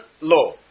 law